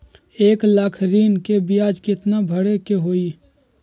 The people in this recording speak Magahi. एक लाख ऋन के ब्याज केतना भरे के होई?